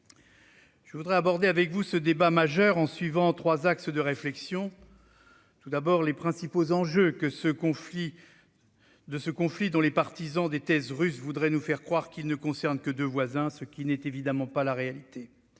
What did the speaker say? Je souhaite aborder ce débat majeur autour de trois axes de réflexion. Je rappellerai d'abord les principaux enjeux de ce conflit, dont les partisans des thèses russes voudraient nous faire croire qu'il ne concerne que deux voisins, ce qui n'est naturellement pas la réalité.